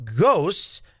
ghosts